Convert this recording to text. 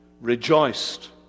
rejoiced